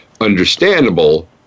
understandable